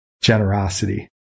generosity